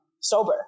sober